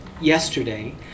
yesterday